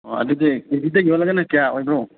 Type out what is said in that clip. ꯑꯣ ꯑꯗꯨꯗꯤ ꯀꯦ ꯖꯤꯗ ꯌꯣꯜꯂꯒꯅ ꯀꯌꯥ ꯑꯣꯏꯕ꯭ꯔꯣ